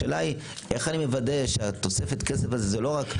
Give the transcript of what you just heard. השאלה היא איך אני מוודא שתוספת הכסף הזה זה לא רק,